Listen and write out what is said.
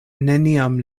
neniam